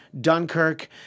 Dunkirk